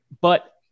But-